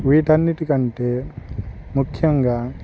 వీటన్నిటికంటే ముఖ్యంగా